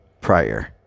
prior